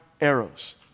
arrows